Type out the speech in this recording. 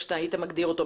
שאתה היית מגדיר אותו,